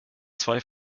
zwei